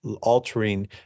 altering